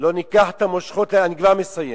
לא ניקח את המושכות אני כבר מסיים,